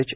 H